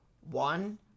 One